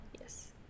Yes